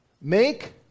make